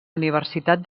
universitat